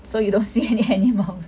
so you don't see any animals